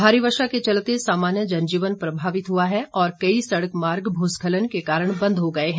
भारी बारिश के चलते सामान्य जन जीवन प्रभावित हुआ है और कई सड़क मार्ग भू स्खलन के कारण बंद हो गए हैं